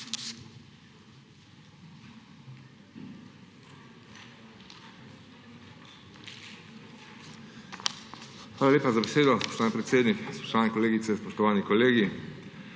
Hvala lepa za besedo. Spoštovani predsednik, spoštovane kolegice, spoštovani kolegi!